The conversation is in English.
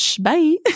Bye